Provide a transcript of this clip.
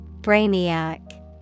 Brainiac